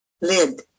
Lid